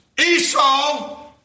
Esau